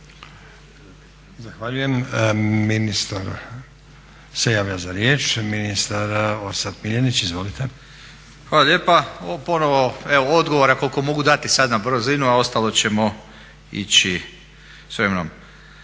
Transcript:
Zahvaljujem. Ministar se javlja za riječ, ministar Orsat Miljenić. Izvolite. **Miljenić, Orsat** Hvala lijepa. Ponovno evo odgovora koliko mogu dati sad na brzinu, a ostalo ćemo s vremenom.